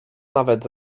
nawet